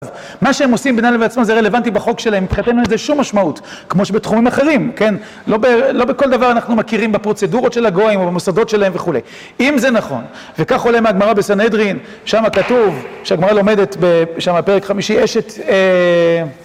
מה שהם עושים ביניהם ובעצמם זה רלוונטי בחוק שלהם, מבחינתנו זה שום משמעות כמו שבתחומים אחרים, כן? לא לא בכל דבר אנחנו מכירים בפרוצדורות של הגויים או במוסדות שלהם וכולי אם זה נכון, וכך עולה מהגמרא בסנדרין שם כתוב, שהגמרא לומדת, שם בפרק חמישי יש את